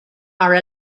are